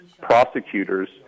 prosecutors